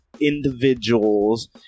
individuals